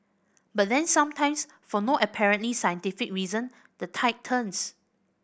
but then sometimes for no apparently scientific reason the tide turns